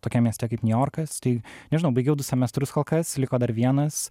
tokiam mieste kaip niujorkas tai nežinau baigiau du semestrus kol kas liko dar vienas